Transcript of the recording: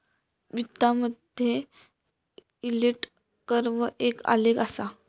वित्तामधे yield curve एक आलेख असा